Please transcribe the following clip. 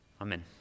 Amen